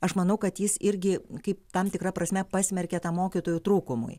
aš manau kad jis irgi kaip tam tikra prasme pasmerkė tam mokytojų trūkumui